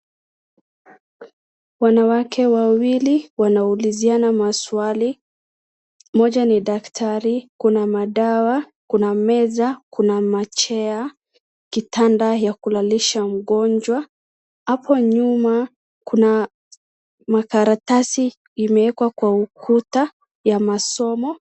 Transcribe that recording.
Wanawake wawili wanauliziana maswali, moja ni daktari, kuna madawa, kuna meza, kuna ma chair , kitanda ya kulalisha mgonjwa, hapo nyuma kuna makaratasi imeekwa kwa ukuta, ya masomo.